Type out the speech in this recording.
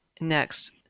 next